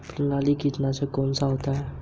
प्रणालीगत कीटनाशक कौन सा है?